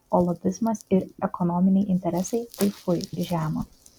o lobizmas ir ekonominiai interesai tai fui žema